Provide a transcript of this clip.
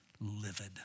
livid